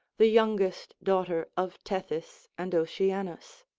the youngest daughter of tethys and oceanus.